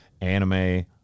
anime